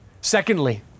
Secondly